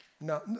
no